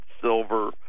silver